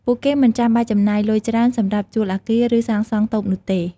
ពួកគេមិនចាំបាច់ចំណាយលុយច្រើនសម្រាប់ជួលអគារ ឬសាងសង់តូបនោះទេ។